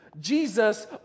Jesus